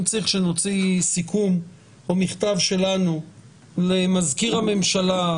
אם צריך שנוציא סיכום או מכתב שלנו למזכיר הממשלה,